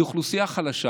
היא אוכלוסייה חלשה.